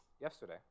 yesterday